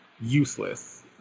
useless